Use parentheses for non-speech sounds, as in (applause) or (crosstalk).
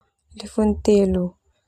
Lifun telu. (noise)